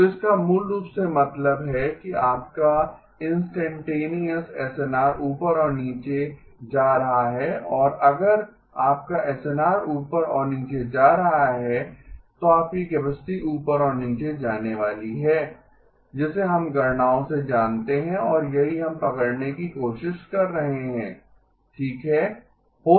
तो इसका मूल रूप से मतलब है कि आपका इंस्टैंटेनीअस एसएनआर ऊपर और नीचे जा रहा है और अगर आपका एसएनआर ऊपर और नीचे जा रहा है तो आपकी कैपेसिटी ऊपर और नीचे जाने वाली है जिसे हम गणनाओं से जानते हैं और यही हम पकड़ने की कोशिश कर रहे हैं ठीक है